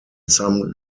some